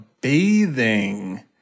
Bathing